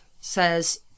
says